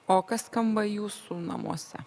o kas skamba jūsų namuose